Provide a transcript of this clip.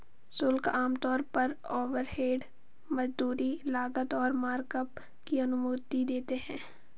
शुल्क आमतौर पर ओवरहेड, मजदूरी, लागत और मार्कअप की अनुमति देते हैं